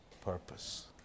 purpose